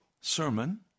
sermon